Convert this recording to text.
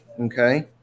okay